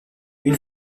une